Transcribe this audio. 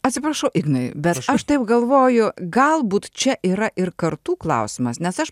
atsiprašau ignai bet aš taip galvoju galbūt čia yra ir kartų klausimas nes aš